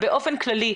באופן כללי,